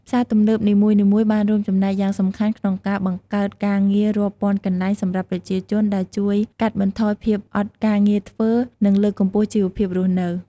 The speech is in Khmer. ផ្សារទំនើបនីមួយៗបានរួមចំណែកយ៉ាងសំខាន់ក្នុងការបង្កើតការងាររាប់ពាន់កន្លែងសម្រាប់ប្រជាជន ដែលជួយកាត់បន្ថយភាពអត់ការងារធ្វើ និងលើកកម្ពស់ជីវភាពរស់នៅ។